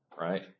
Right